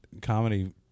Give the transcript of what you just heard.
comedy